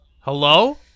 Hello